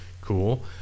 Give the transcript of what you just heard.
cool